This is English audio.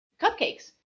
cupcakes